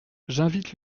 j’invite